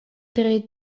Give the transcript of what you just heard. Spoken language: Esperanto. tre